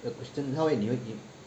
a christian 他会你会你